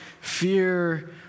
fear